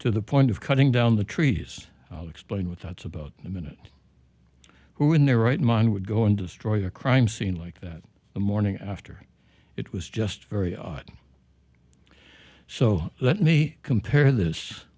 to the point of cutting down the trees explained with thoughts about the minute who in their right mind would go and destroy a crime scene like that the morning after it was just very odd so let me compare this